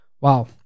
Wow